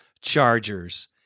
Chargers